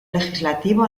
legislativo